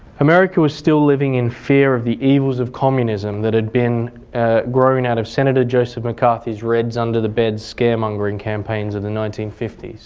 america was still living in fear of the evils of communism that had ah grown out of senator joseph mccarthy's reds under the bed scaremongering campaigns of the nineteen fifty s.